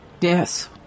Yes